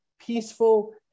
peaceful